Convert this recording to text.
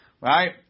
Right